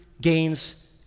gains